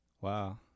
Wow